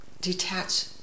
detach